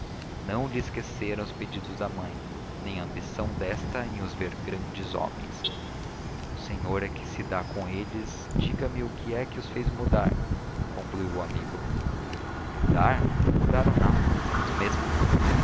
não lhe esqueceram os pedidos da mãe nem a ambição desta em os ver grandes homens o senhor que se dá com eles diga-me o que é que os fez mudar concluiu o amigo mudar não mudaram nada são os mesmos